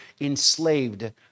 enslaved